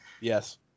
Yes